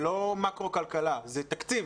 זה לא מקרו-כלכלה, זה תקציב.